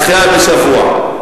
דחייה בשבוע.